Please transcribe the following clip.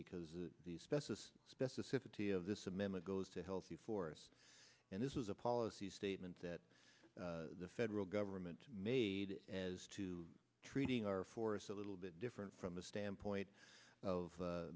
because it specificity of this amendment goes to healthy for us and this is a policy statement that the federal government made as to treating our forests a little bit different from the standpoint of